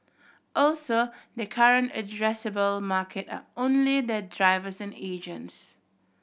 also their current addressable market are only their drivers and agents